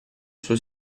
suo